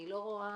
אני לא רואה